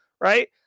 right